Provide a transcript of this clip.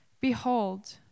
Behold